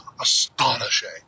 Astonishing